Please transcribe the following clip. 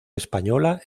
española